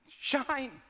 Shine